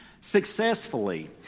successfully